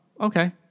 okay